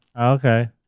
Okay